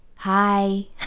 hi